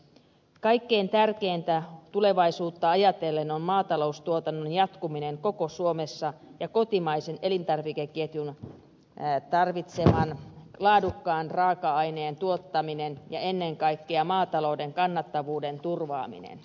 kaikkein tärkeintä tulevaisuutta ajatellen on maataloustuotannon jatkuminen koko suomessa ja kotimaisen elintarvikeketjun tarvitseman laadukkaan raaka aineen tuottaminen ja ennen kaikkea maatalouden kannattavuuden turvaaminen